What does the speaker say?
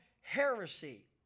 heresy